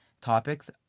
topics